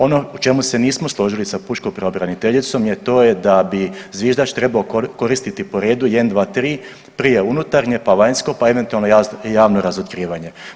Ono u čemu se nismo složili sa pučkom pravobraniteljicom je to da bi zviždač treba koristiti po redu 1, 2, 3, prije unutarnje, pa vanjsko, pa eventualno javno razotkrivanje.